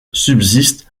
subsiste